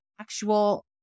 actual